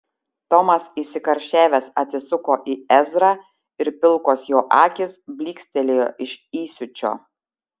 tomas įsikarščiavęs atsisuko į ezrą ir pilkos jo akys blykstelėjo iš įsiūčio